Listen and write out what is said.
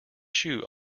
shoe